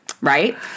right